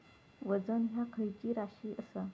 वजन ह्या खैची राशी असा?